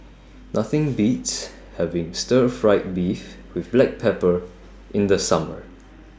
Nothing Beats having Stir Fried Beef with Black Pepper in The Summer